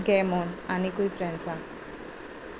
घे म्हणून आनीकूय फ्रेंडसान